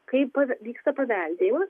kaip vyksta paveldėjimas